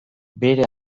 bere